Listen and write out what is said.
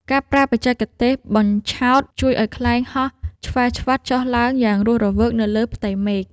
ការប្រើបច្ចេកទេស បញ្ឆោត ជួយឱ្យខ្លែងហោះឆ្វែវឆ្វាត់ចុះឡើងយ៉ាងរស់រវើកនៅលើផ្ទៃមេឃ។